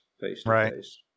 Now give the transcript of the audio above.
face-to-face